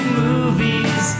movies